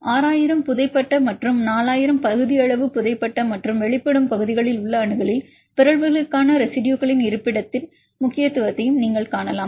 6000 புதைபட்ட மற்றும் 4000 பகுதியளவு புதைபட்ட மற்றும் வெளிப்படும் பகுதிகளில் உள்ள அணுகலில் பிறழ்வுகளுக்கான ரெசிடுயுகளின் இருப்பிடத்தின் முக்கியத்துவத்தையும் நீங்கள் காணலாம்